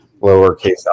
lowercase